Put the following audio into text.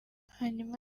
hanyuma